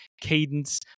cadence